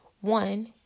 One